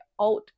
out